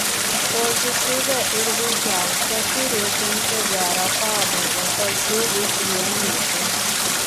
pozityvia ir veikiausia turėsiančia gerą pabaigą tačiau vis vien mįsle